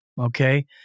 Okay